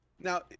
Now